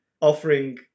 offering